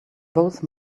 both